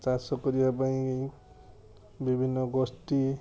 ଚାଷ କରିବା ପାଇଁ ବିଭିନ୍ନ ଗୋଷ୍ଠୀ